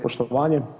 Poštovanje.